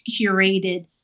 curated